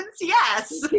yes